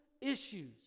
issues